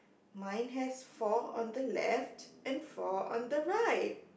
mine has four on the left and four on the right